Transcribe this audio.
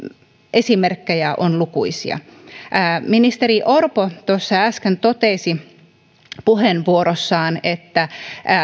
esimerkkejä on lukuisia ministeri orpo äsken totesi puheenvuorossaan että